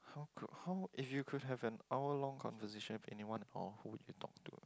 who could who if you could have an hour long conversation with anyone or who would you talk to